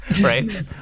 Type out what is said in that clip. right